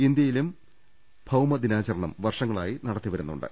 ഇന്ത്യയിലും ഭൌമദിനാചരണം വർഷങ്ങളായി നടത്തിവരുന്നുണ്ട്